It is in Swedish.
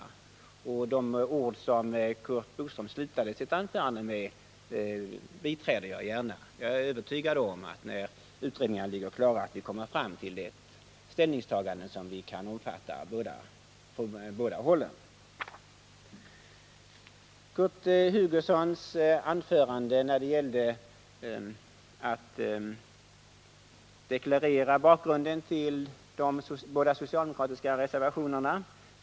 Jag biträder gärna de ord som Curt Boström slutade sitt anförande med. Jag är övertygad om att vi, när utredningen ligger klar, kan komma fram till ett ställningstagande som vi kan omfatta från båda håll. Jag skall också i all korthet beröra Kurt Hugossons anförande när det gällde att deklarera bakgrunden till de båda socialdemokratiska reservationerna.